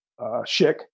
Schick